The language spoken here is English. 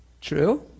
True